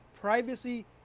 privacy